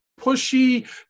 pushy